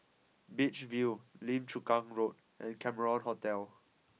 Beach View Lim Chu Kang Road and Cameron Hotel